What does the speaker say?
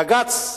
בג"ץ,